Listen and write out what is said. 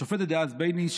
השופטת דאז בייניש,